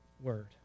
word